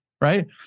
right